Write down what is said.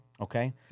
Okay